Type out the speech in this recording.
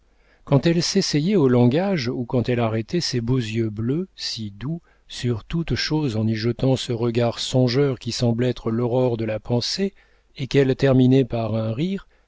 quand elle s'essayait au langage ou quand elle arrêtait ses beaux yeux bleus si doux sur toutes choses en y jetant ce regard songeur qui semble être l'aurore de la pensée et qu'elle terminait par un rire